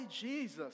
Jesus